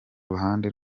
ruhande